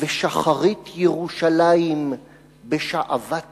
ושחרית-ירושלים בשעוות